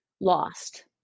lost